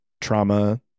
trauma